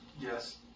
Yes